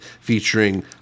featuring